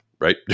right